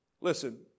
Listen